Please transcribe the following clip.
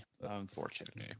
Unfortunately